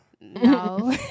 No